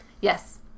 yes